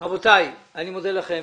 רבותיי, אני מודה לכם.